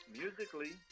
musically